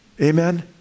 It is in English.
Amen